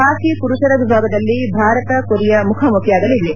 ಹಾಕಿ ಪುರುಷರ ವಿಭಾಗದಲ್ಲಿ ಭಾರತ ಕೊರಿಯಾ ಮುಖಾಮುಖಿಯಾಗಲಿವೆ